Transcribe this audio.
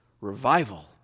Revival